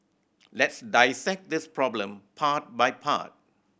let's dissect this problem part by part